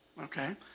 Okay